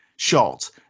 shot